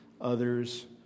Others